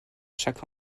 chaque